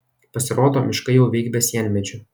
pasirodo miškai jau veik be sienmedžių